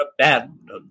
abandoned